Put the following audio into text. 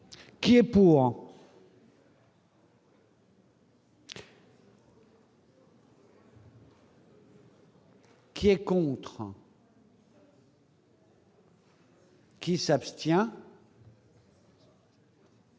qui est pour. Qui est contre. Qui s'abstient.